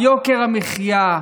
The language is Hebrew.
יוקר המחיה,